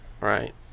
Right